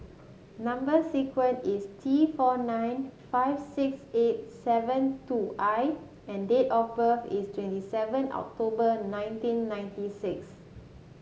number sequence is T four nine five six eight seven two I and date of birth is twenty seven October nineteen ninety six